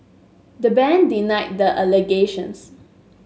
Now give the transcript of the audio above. the bank denied the allegations